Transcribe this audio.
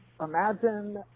imagine